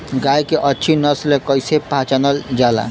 गाय के अच्छी नस्ल कइसे पहचानल जाला?